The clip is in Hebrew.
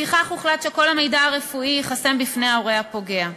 לפיכך הוחלט שכל המידע הרפואי ייחסם בפני ההורה הפוגע.